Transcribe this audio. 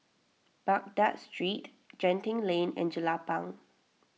Baghdad Street Genting Lane and Jelapang